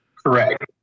Correct